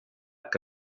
que